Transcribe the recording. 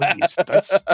please